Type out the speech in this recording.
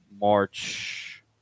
March